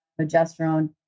progesterone